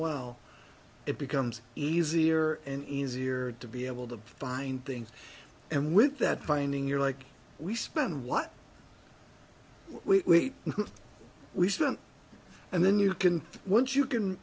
well it becomes easier and easier to be able to find things and with that finding you're like we spend what we know we spent and then you can once